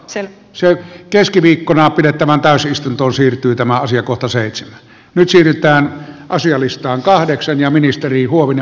asia siirtyy huomenna pidettävään täysistuntoon siirtyy tämä asiakohta se itse vitsiltä asialista on kahdeksan ja ministeri huovinen